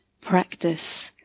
practice